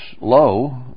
low